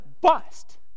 bust